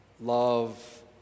Love